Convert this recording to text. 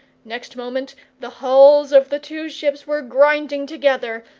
next moment the hulls of the two ships were grinding together,